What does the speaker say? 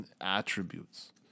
attributes